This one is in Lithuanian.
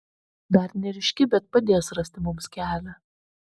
dar neryški bet padės rasti mums kelią